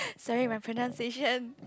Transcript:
sorry my pronunciation